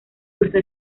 cursó